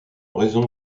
raison